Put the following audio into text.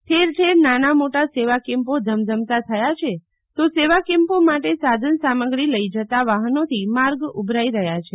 ઠેર ઠેર નાના મોટા સેવા કેમ્પો ધમધમતા થયા છે તો સેવા કેમ્પો માટે સાધન સામગ્રી લઈ જતાં વાહનોથી માર્ગ ઉભરાઈ રહ્યા છે